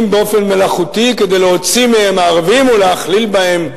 באופן מלאכותי כדי להוציא מהם ערבים ולהכליל בהם יהודים.